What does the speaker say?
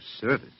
service